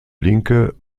linke